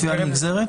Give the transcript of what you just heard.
בתביעה נגזרת?